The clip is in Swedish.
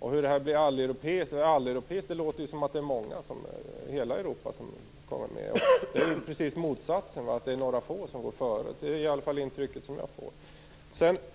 Med ordet alleuropeiskt låter det som om hela Europa är med. Det är precis motsatsen. Det är några få som går före. Det är det intryck jag får. Sedan var det frågan